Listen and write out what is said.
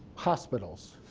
hospitals.